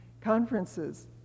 conferences